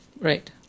Right